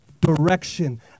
direction